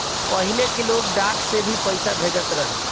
पहिले के लोग डाक से पईसा भेजत रहे